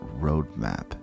roadmap